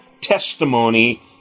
testimony